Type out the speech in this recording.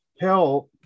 help